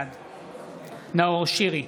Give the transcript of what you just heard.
בעד נאור שירי,